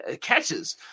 Catches